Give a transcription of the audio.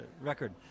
record